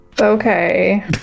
Okay